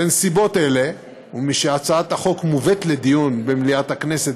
בנסיבות אלה ומשהצעת החוק מובאת לדיון במליאת הכנסת